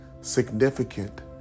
significant